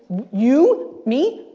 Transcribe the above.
you, me,